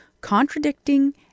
contradicting